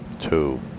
two